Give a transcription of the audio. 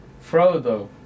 Frodo